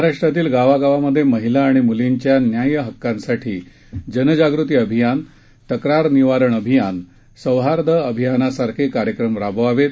महाराष्ट्रातील गावागावात महिला आणि म्लींच्या न्याय हक्कांसाठी जनजागृती अभियान तक्रार निवारण अभियान सौहार्द अभियानासारखे कार्यक्रम राबवावेत